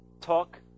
Talk